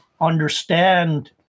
understand